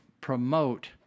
promote